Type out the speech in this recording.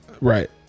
right